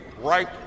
right